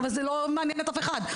אבל זה לא מעניין אף אחד,